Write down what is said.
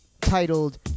titled